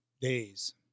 days